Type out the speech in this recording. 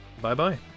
Bye-bye